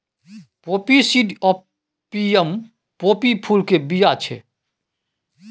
poppy seed opium poppy फुल केर बीया छै